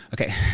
okay